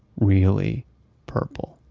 really purple.